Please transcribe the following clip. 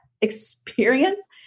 experience